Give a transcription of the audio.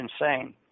insane